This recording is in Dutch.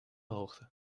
hoogte